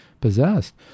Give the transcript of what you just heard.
possessed